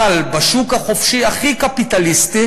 אבל בשוק החופשי הכי קפיטליסטי